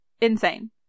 insane